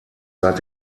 seit